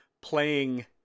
playing